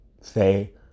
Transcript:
say